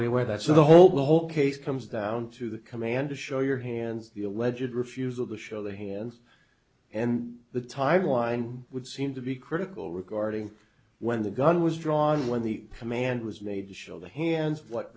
anywhere that's the whole the whole case comes down to the command to show your hands be a legit refusal to show their hands and the timeline would seem to be critical regarding when the gun was drawn when the command was made to show the hands what